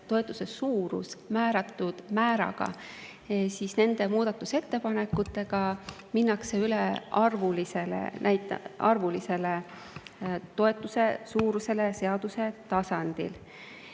toetuse suurus määratud määraga. Nende muudatusettepanekutega minnakse üle arvulisele toetuse suurusele seaduse tasandil.